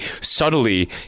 subtly